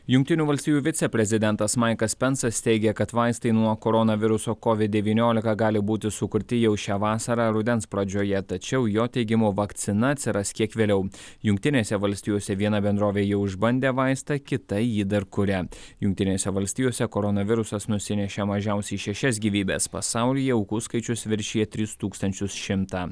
jungtinių valstijų viceprezidentas maikas pensas teigė kad vaistai nuo koronaviruso covid devyniolika gali būti sukurti jau šią vasarą rudens pradžioje tačiau jo teigimu vakcina atsiras kiek vėliau jungtinėse valstijose viena bendrovė jau išbandė vaistą kita jį dar kuria jungtinėse valstijose koronavirusas nusinešė mažiausiai šešias gyvybes pasaulyje aukų skaičius viršija tris tūkstančius šimtą